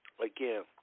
again